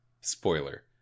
spoiler